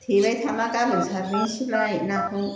थेबाय थाला गाबोन सारनोसैलाय नाखौ